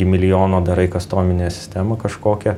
milijono darai kastominė sistema kažkokia